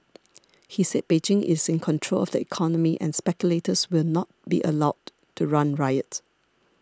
he said Beijing is in control of the economy and speculators will not be allowed to run riot